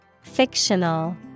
Fictional